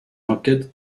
enquêtes